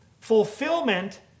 Fulfillment